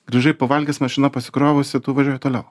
grįžai pavalgęs mašina pasikrovusi tu važiuoji toliau